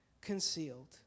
concealed